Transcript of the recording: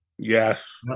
Yes